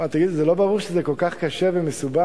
תגידי, זה לא ברור שזה כל כך קשה ומסובך?